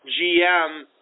GM